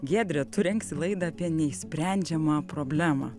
giedre tu rengsi laidą apie neišsprendžiamą problemą